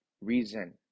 reason